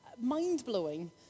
mind-blowing